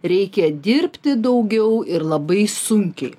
reikia dirbti daugiau ir labai sunkiai